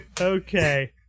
Okay